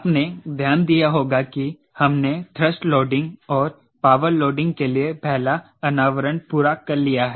आपने ध्यान दिया होगा कि हमने थ्रस्ट लोडिंग और पावर लोडिंग के लिए पहला अनावरण पूरा कर लिया है